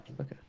Okay